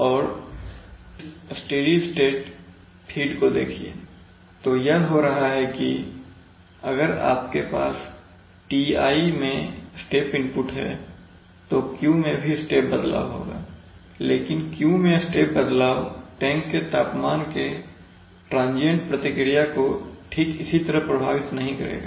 और इस steady state feed को देखिएतो यह हो रहा है कि अगर आपके पास Ti में स्टेप इनपुट है तो Q मैं भी स्टेप बदलाव होगा लेकिन Q मैं एक स्टेप बदलाव टैंक के तापमान के ट्रांजियंट प्रतिक्रिया को ठीक इसी तरह प्रभावित नहीं करेगा